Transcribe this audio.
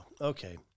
Okay